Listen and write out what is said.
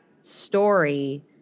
story